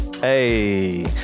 Hey